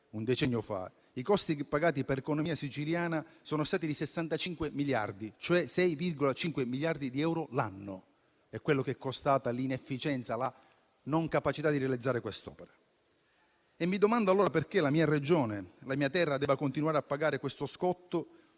un decennio fa i costi pagati dall'economia siciliana sono stati di 65 miliardi, cioè 6,5 miliardi di euro l'anno: questo è quanto è costata l'inefficienza, la non capacità di realizzare quest'opera. Mi domando allora perché la mia Regione e la mia terra debbano continuare a pagare questo scotto.